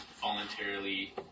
voluntarily